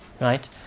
Right